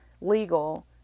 legal